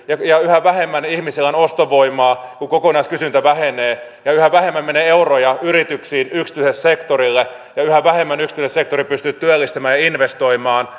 ja ja yhä vähemmän ihmisillä on ostovoimaa kun kokonaiskysyntä vähenee ja yhä vähemmän menee euroja yrityksiin yksityiselle sektorille ja yhä vähemmän yksityinen sektori pystyy työllistämään ja investoimaan